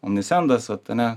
omnisendas vat ane